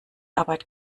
arbeit